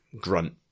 Grunt